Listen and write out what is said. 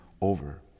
over